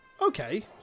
okay